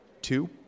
two